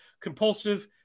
compulsive